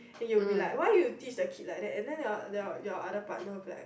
you'll be like why you teach the kid to be like that and then your your your other partner will have like